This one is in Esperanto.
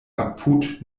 apud